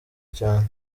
cyane